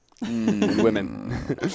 Women